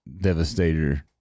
devastator